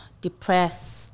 depressed